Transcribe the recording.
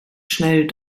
schnell